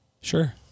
Sure